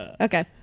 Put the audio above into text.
Okay